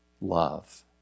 love